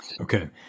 Okay